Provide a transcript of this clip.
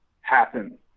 happen